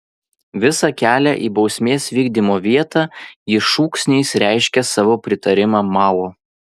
visą kelią į bausmės vykdymo vietą ji šūksniais reiškė savo pritarimą mao